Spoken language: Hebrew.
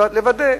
לוודא.